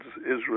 Israel